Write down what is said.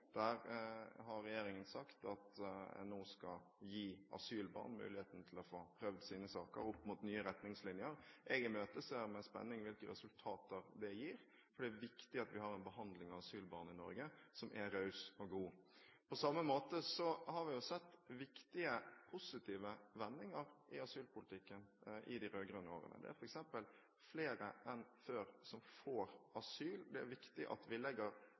Der har regjeringen sagt at man nå skal gi asylbarn muligheten til å få prøvd sine saker opp mot nye retningslinjer. Jeg imøteser med spenning hvilke resultater det gir, for det er viktig at vi har en behandling av asylbarn i Norge som er raus og god. På samme måte har vi sett viktige positive vendinger i asylpolitikken i de rød-grønne årene. Det er f.eks. flere enn før som får asyl. Det er viktig at vi legger